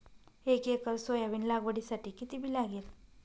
एक acre soybean लागवडीसाठी किती बी लागेल?